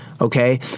okay